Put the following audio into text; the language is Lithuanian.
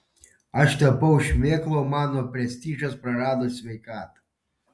aš tapau šmėkla o mano prestižas prarado sveikatą